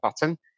button